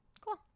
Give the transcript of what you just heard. cool